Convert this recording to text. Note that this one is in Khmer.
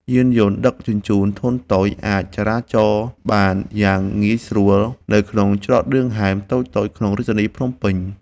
យានយន្តដឹកជញ្ជូនធុនតូចអាចចរាចរបានយ៉ាងងាយស្រួលនៅក្នុងច្រកឌឿងហែមតូចៗក្នុងរាជធានីភ្នំពេញ។